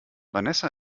vanessa